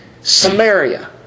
Samaria